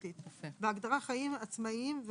שירותי הרווחה יינתנו בהדרגה לפי צווים שיקבע השר בהסכמת שר